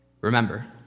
Remember